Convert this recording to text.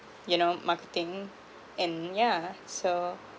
you know marketing and yeah so